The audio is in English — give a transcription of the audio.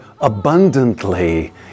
abundantly